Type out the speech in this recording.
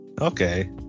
okay